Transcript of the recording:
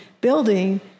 building